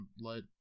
let